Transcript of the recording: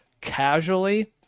casually